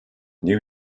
new